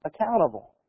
accountable